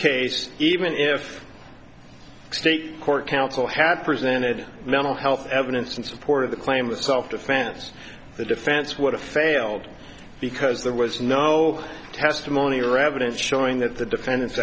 case even if state court counsel had presented mental health evidence in support of the claim of self defense the defense would have failed because there was no testimony or evidence showing that the defendant's